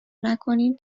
نکنیم